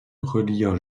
reliant